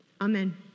Amen